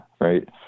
right